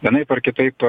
vienaip ar kitaip